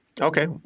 Okay